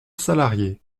salarié